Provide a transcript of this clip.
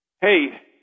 Hey